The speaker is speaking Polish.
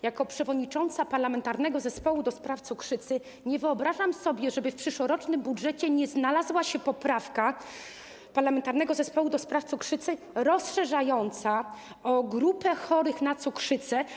Jako przewodnicząca Parlamentarnego Zespołu ds. Cukrzycy nie wyobrażam sobie, żeby w przyszłorocznym budżecie nie znalazła się poprawka Parlamentarnego Zespołu ds. Cukrzycy dotycząca grupy osób chorych na cukrzycę.